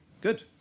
Good